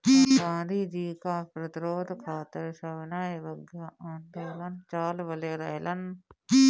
गांधी जी कर प्रतिरोध खातिर सविनय अवज्ञा आन्दोलन चालवले रहलन